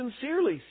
sincerely